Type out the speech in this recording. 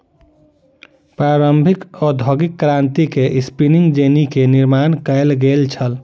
प्रारंभिक औद्योगिक क्रांति में स्पिनिंग जेनी के निर्माण कयल गेल छल